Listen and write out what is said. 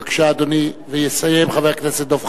בבקשה, אדוני, ויסיים חבר הכנסת דב חנין.